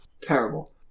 Terrible